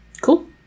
Cool